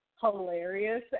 hilarious